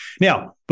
Now-